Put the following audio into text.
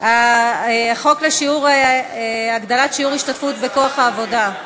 החוק להגדלת שיעור ההשתתפות בכוח העבודה,